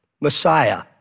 Messiah